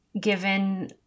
given